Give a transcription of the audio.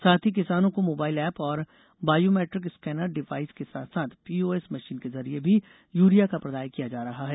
साथ ही किसानों को मोबाइल ऐप और बायोमेट्रिक स्केनर डिवाइस के साथ साथ पीओएस मशीन के जरिए भी यूरिया का प्रदाय किया जा रहा है